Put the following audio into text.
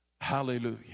Hallelujah